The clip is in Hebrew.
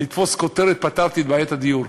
לתפוס כותרת "פתרתי את בעיית הדיור".